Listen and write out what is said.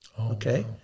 Okay